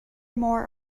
more